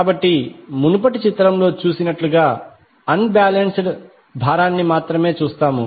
కాబట్టి మునుపటి చిత్రంలో చూసినట్లుగా అన్ బాలెన్స్డ్ భారాన్ని మాత్రమే చూస్తాము